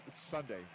Sunday